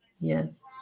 Yes